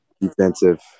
defensive